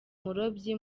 umurobyi